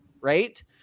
right